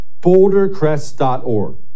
Bouldercrest.org